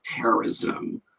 terrorism